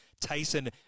Tyson